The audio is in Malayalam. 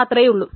അത്രേ ഉള്ളു